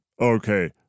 Okay